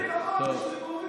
לפחות תשתקו.